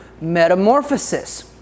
metamorphosis